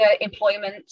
employment